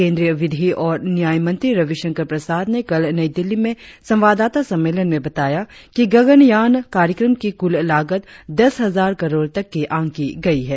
केंद्री विधि और न्याय मंत्री रविशंकर प्रसाद ने कल नई दिल्ली में संवाददाता सम्मेलन में बताया कि गगनयान कार्यक्रम की कुल लागत दस हजार करोड़ तक आंकी गई है